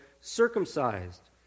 circumcised